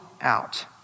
out